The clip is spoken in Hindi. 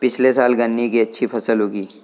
पिछले साल गन्ने की अच्छी फसल उगी